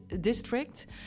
district